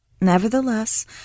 nevertheless